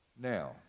Now